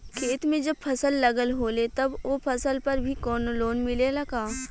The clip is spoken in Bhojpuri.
खेत में जब फसल लगल होले तब ओ फसल पर भी कौनो लोन मिलेला का?